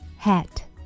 Hat